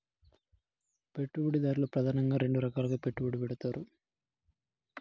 పెట్టుబడిదారులు ప్రెదానంగా రెండు రకాలుగా పెట్టుబడి పెడతారు